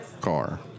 car